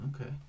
Okay